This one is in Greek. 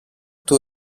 του